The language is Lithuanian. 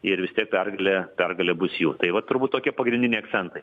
ir vis tiek pergalė pergalė bus jų tai va turbūt tokie pagrindiniai akcentai